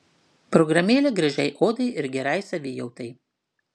programėlė gražiai odai ir gerai savijautai